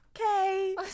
okay